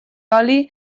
oli